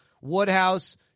Woodhouse